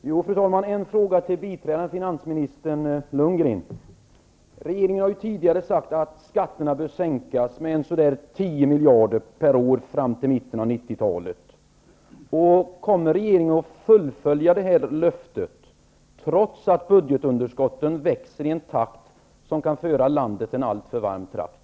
Fru talman! Jag har en fråga till biträdande finansminister Lundgren. Regeringen har tidigare uttalat att skatterna bör sänkas med ungefär 10 miljarder per år fram till mitten av 90-talet. Kommer regeringen att uppfylla detta löfte, trots att budgetunderskotten växer i en takt som kan föra landet till en alltför varm trakt?